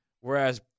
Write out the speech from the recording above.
Whereas